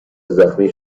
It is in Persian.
زخمی